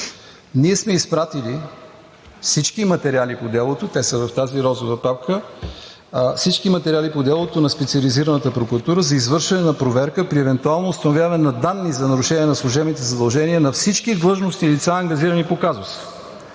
ние сме изпратили всички материали по делото, те са в тази розова папка, на Специализираната прокуратура за извършване на проверка при евентуално установяване на данни за нарушение на служебните задължения на всички длъжностни лица, ангажирани по казуса